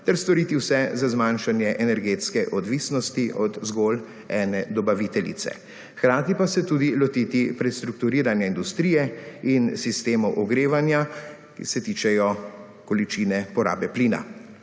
ter storiti vse za zmanjšanje energetske odvisnosti od zgolj ene dobaviteljice. Hkrati pa se tudi lotiti prestrukturiranja industrije in sistemov ogrevanja, ki se tičejo količine porabe plina.